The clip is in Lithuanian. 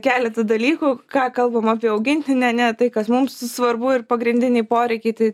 keletą dalykų ką kalbam apie augintinį ane tai kas mums svarbu ir pagrindiniai poreikiai tai